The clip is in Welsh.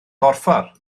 borffor